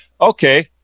okay